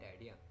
idea